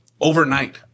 overnight